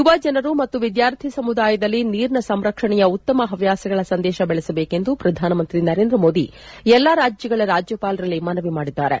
ಯುವ ಜನರು ಮತ್ತು ವಿದ್ಯಾರ್ಥಿ ಸಮುದಾಯದಲ್ಲಿ ನೀರಿನ ಸಂರಕ್ಷಣೆಯ ಉತ್ತಮ ಪವ್ಯಾಸಗಳ ಸಂದೇಶವನ್ನು ಬೆಳಸಬೇಕೆಂದು ಪ್ರಧಾನಮಂತ್ರಿ ನರೇಂದ್ರ ಮೋದಿ ಎಲ್ಲ ರಾಜ್ಯಗಳ ರಾಜ್ಯಪಾಲರಲ್ಲಿ ಮನವಿ ಮಾಡಿದ್ದಾರೆ